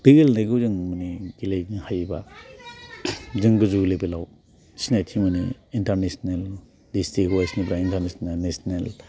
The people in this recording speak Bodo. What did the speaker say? बे गेलेनायखौ जों माने गेलेनो हायोबा जों गोजौ लेबेलाव सिनायथि मोनो इन्टारनेशनेल डिसट्रिक वाय्स निफ्राय इन्टारनेशनेल नेशनेल